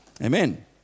Amen